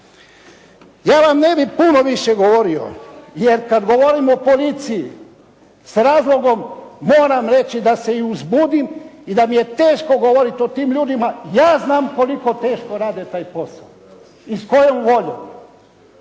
Ja vam ne bih puno više govorio, jer kad govorim o policiji s razlogom moram reći da se i uzbudim i da mi je teško govoriti o tim ljudima. Ja znam koliko teško rade taj posao i s kojom voljom.